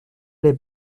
les